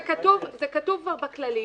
זה כתוב כבר בכללים.